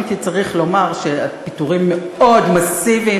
אם כי צריך לומר שפיטורים מאוד מסיביים,